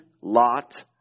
Lot